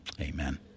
amen